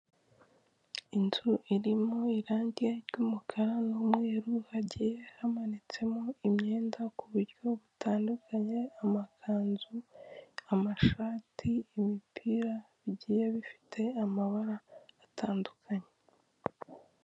Inzu iri mu irangi ry'umukara, n'umweru hagiye hamanitsemo imyenda ku buryo butandukanye amakanzu, amashati, imipira bigiye bifite amabara atandukanye.